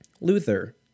Luther